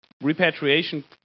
repatriation